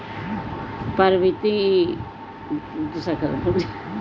पवित्रता, शांति और मासूमियत का प्रतीक है कंद का फूल